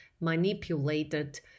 manipulated